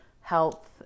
health